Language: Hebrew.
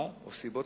או סיבות